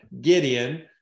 Gideon